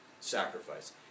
Sacrifice